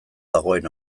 dagoen